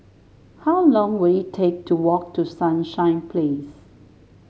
how long will it take to walk to Sunshine Place